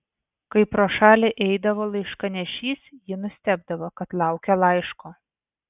kai pro šalį eidavo laiškanešys ji nustebdavo kad laukia laiško